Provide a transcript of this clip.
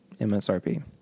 MSRP